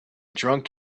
drunk